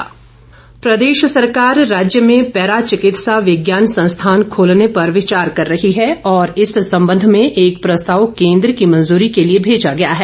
चिकित्सा संस्थान प्रदेश सरकार राज्य में पैरा चिकित्सा विज्ञान संस्थान खोलने पर विचार कर रही है और इस संबंध में एक प्रस्ताव केंद्र की मंजूरी के लिए भेजा जाएगा